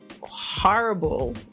horrible